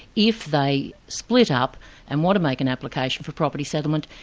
if they split up and want to make an application for property settlement,